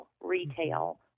retail